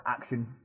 action